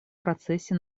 процессе